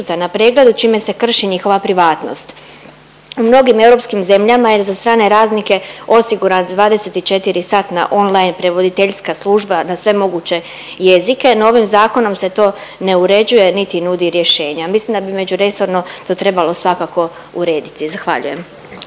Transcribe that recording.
na pregledu čime se krši njihova privatnost. U mnogim europskim zemljama je za strane radnike osiguran 24 satna online prevoditeljska služba na sve moguće jezike, no ovim zakonom se to ne uređuje niti nudi rješenja. Mislim da bi međuresorno to trebalo svakako urediti. Zahvaljujem.